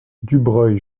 dubreuil